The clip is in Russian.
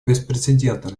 беспрецедентно